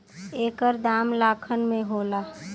एकर दाम लाखन में होला